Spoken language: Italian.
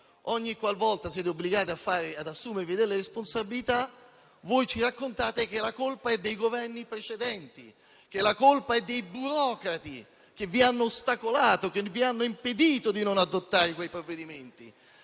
ogni qualvolta siete obbligati ad assumervi delle responsabilità, voi ci raccontate che la colpa è dei Governi precedenti, che la colpa è dei burocrati, che vi hanno ostacolato e che vi hanno impedito di non adottare quei provvedimenti.